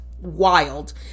wild